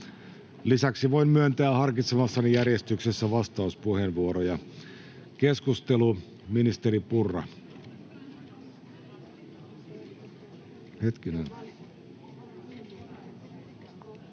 Lisäksi voin myöntää harkitsemassani järjestyksessä vastauspuheenvuoroja. Keskustelu. — Valiokunnan